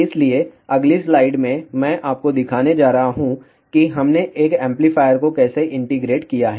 इसलिए अगली स्लाइड में मैं आपको दिखाने जा रहा हूं कि हमने एक एम्पलीफायर को कैसे इंटीग्रेट किया है